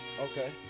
Okay